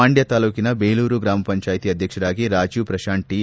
ಮಂಡ್ಯ ತಾಲೂಕಿನ ಬೇಲೂರು ಗ್ರಾಮ ಪಂಚಾಯಿತಿ ಅಧ್ಯಕ್ಷರಾಗಿ ರಾಜೀವ್ ಪ್ರತಾಂತ್ ಟಿ